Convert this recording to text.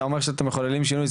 אתה אומר שאתם מחוללים שינוי.